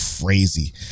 crazy